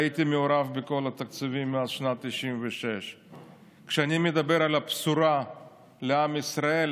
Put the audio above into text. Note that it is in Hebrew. הייתי מעורב בכל התקציבים משנת 1996. כשאני מדבר על הבשורה לעם ישראל,